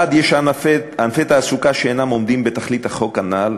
1. יש ענפי תעסוקה שאינם עומדים בתכלית החוק הנ"ל.